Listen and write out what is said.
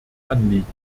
anliegen